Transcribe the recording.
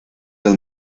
los